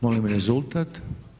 Molim rezultat.